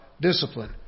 discipline